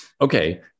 Okay